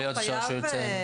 פרסום,